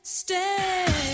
Stay